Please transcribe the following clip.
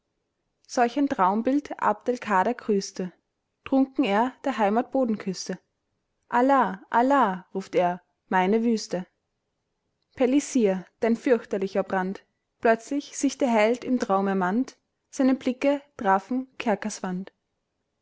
solch ein traumbild abdelkader grüßte trunken er der heimat boden küßte allah allah ruft er meine wüste pellissier dein fürchterlicher brand plötzlich sich der held im traum ermannt seine blicke trafen